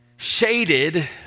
shaded